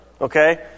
Okay